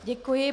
Děkuji.